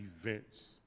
events